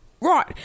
Right